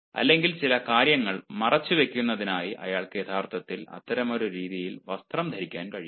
അല്ലെങ്കിൽ ചില കാര്യങ്ങൾ മറച്ചുവെക്കുന്നതിനായി അയാൾക്ക് യഥാർത്ഥത്തിൽ അത്തരമൊരു രീതിയിൽ വസ്ത്രം ധരിക്കാൻ കഴിയും